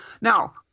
Now